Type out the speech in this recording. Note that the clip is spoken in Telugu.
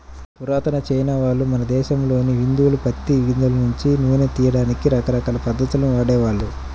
పురాతన చైనావాళ్ళు, మన దేశంలోని హిందువులు పత్తి గింజల నుంచి నూనెను తియ్యడానికి రకరకాల పద్ధతుల్ని వాడేవాళ్ళు